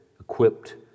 equipped